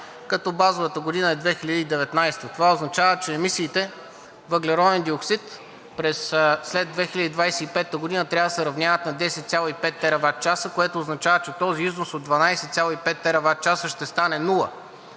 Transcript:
като базовата година е 2019 г. Това означава, че емисиите въглероден диоксид след 2025 г. трябва да се равняват на 10,5 тераватчаса, което означава, че този износ от 12,5 тераватчаса ще стане